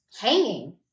hanging